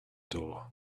door